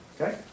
Okay